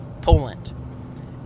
Poland